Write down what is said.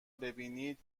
ببینید